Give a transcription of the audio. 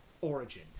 origin